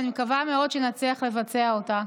ואני מקווה מאוד שנצליח לבצע אותה.